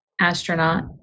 Astronaut